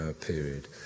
period